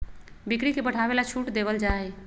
बिक्री के बढ़ावे ला छूट देवल जाहई